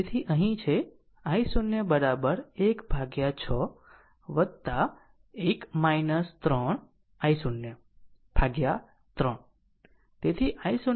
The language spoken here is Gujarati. તેથી તે અહીં છે i0 1 ભાગ્યા 6 1 3 i0 ભાગ્યા 3